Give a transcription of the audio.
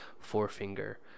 forefinger